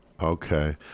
Okay